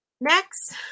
Next